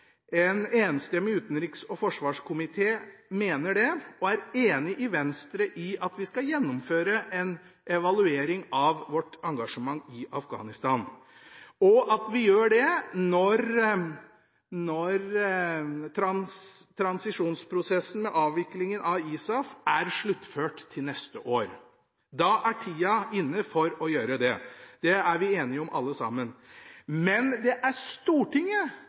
En enstemmig utenriks- og forsvarskomité er enig med Venstre i at vi skal gjennomføre en evaluering av vårt engasjement i Afghanistan, og at vi gjør det når transisjonsprosessen med avviklingen av ISAF er sluttført til neste år. Da er tida inne for å gjøre det. Det er vi enige om alle sammen. Men det er Stortinget